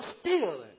stealing